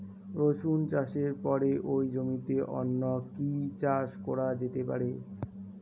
রসুন চাষের পরে ওই জমিতে অন্য কি চাষ করা যেতে পারে?